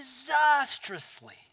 disastrously